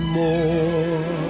more